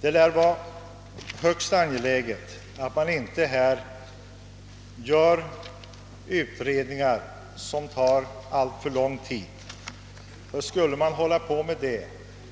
Det är högst angeläget att man inte tillsätter utredningar som tar alltför lång tid. Medan sådana utredningar pågår,